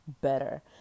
better